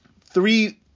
Three